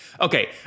Okay